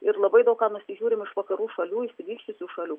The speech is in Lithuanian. ir labai daug ką nusižiūrim iš vakarų šalių išsivysčiusių šalių